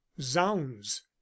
Zounds